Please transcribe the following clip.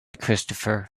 christopher